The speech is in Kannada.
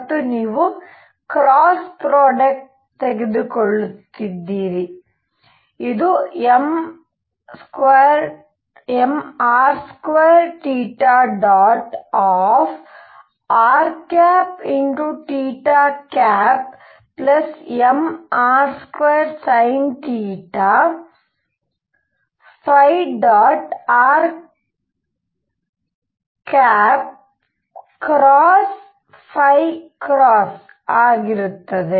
ಮತ್ತು ನೀವು ಕ್ರ್ಸ್ ಪ್ರಾಡಕ್ಟ್ ತೆಗೆದುಕೊಳ್ಳುತ್ತೀರಿ ಇದು mr2rmr2sinθr ಆಗಿರುತ್ತದೆ